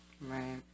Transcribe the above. right